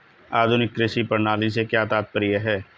आधुनिक कृषि प्रणाली से क्या तात्पर्य है?